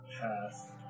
path